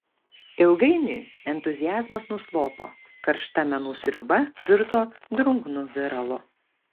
ilgainiui entuziazmas nuslopo karšta menų sriuba virto drungnu viralu